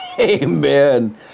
Amen